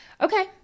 Okay